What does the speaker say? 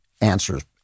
answers